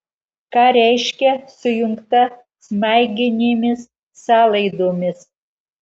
ką reiškia sujungta smaiginėmis sąlaidomis